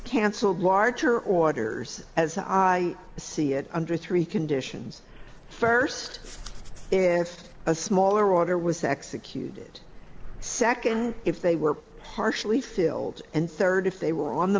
cancelled larcher orders as i see it under three conditions first if a smaller order was executed second if they were partially filled and third if they were on the